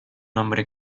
hombre